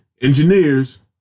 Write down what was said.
engineers